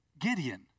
Gideon